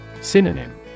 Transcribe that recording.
Synonym